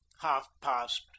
half-past